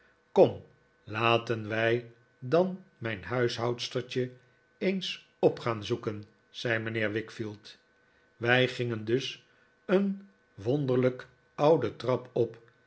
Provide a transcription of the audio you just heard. kom laten wij dan mijn huishoudstertje eens op gaan zoeken zei mijnheer wickfield wij gingen dus een wonderlijk oude trap op